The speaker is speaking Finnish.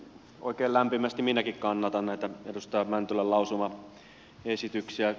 oikein lämpimästi minäkin kannatan näitä edustaja mäntylän lausumaesityksiä